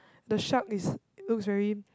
the shark is it looks very